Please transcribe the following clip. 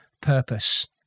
purpose